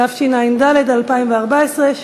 התשע"ד 2014,